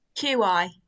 qi